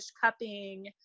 cupping